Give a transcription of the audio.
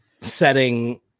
setting